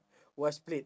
wash plate